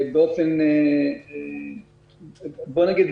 בוא נגיד,